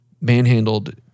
manhandled